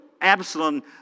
Absalom